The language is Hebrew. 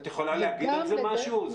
את יכולה להגיד על זה משהו?